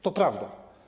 To prawda.